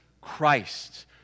Christ